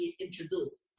introduced